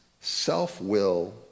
self-will